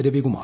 Ravikumar